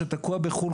שתקוע בחו"ל,